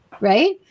Right